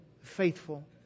faithful